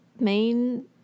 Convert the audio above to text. main